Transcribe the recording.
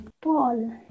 Paul